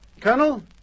Colonel